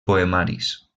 poemaris